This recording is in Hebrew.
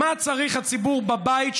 מה צריך הציבור בבית,